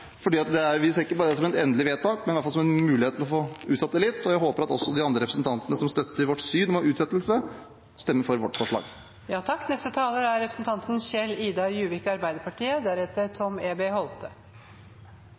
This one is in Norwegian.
vi ser ikke det som et endelig vedtak, men som en mulighet til å få utsatt det litt, og jeg håper at også de andre representantene som støtter vårt syn om utsettelse, stemmer for vårt